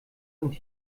und